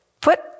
put